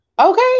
okay